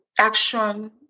action